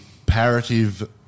Comparative